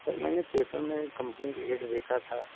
سر میں نے پیپر میں کمپنی کا ایڈ دیکھا تھا